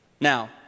Now